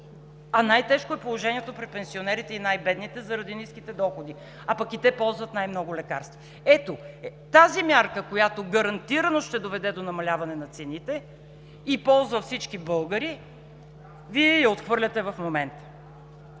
а най-тежко е положението при пенсионерите и най-бедните заради ниските доходи, а пък и те ползват най-много лекарства. Ето тази мярка, която гарантирано ще доведе до намаляване на цените и ползва всички българи, Вие я отхвърляте в момента.